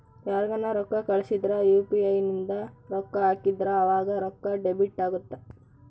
ಯಾರ್ಗನ ರೊಕ್ಕ ಕಳ್ಸಿದ್ರ ಯು.ಪಿ.ಇ ಇಂದ ರೊಕ್ಕ ಹಾಕಿದ್ರ ಆವಾಗ ರೊಕ್ಕ ಡೆಬಿಟ್ ಅಗುತ್ತ